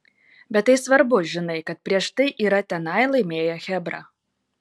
bet tai svarbu žinai kad prieš tai yra tenai laimėję chebra